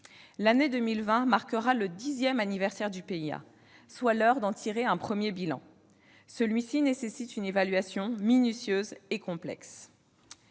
L'année 2020 marquera le dixième anniversaire du premier PIA ; il est donc l'heure d'en tirer un premier bilan. Celui-ci nécessite une évaluation minutieuse et complexe.